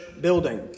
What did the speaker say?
building